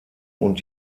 und